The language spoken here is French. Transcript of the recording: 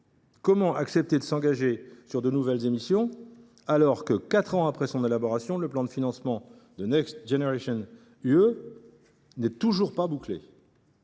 Comment accepter de s’engager sur de nouvelles émissions alors que, quatre ans après son élaboration, le plan de financement de Next Generation EU n’est toujours pas bouclé ?